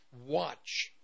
watch